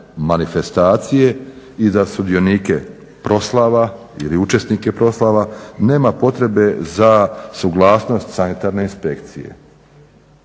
manifestacije i za sudionike ili učesnike proslava nema potrebe za suglasnost sanitarne inspekcije.